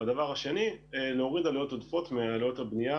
והדבר השני זה להוריד עלויות עודפות מעלויות הבנייה